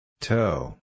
Toe